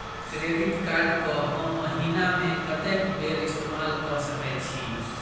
Credit card कऽ हम महीना मे कत्तेक बेर इस्तेमाल कऽ सकय छी?